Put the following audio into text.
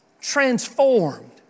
transformed